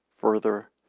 Further